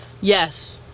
yes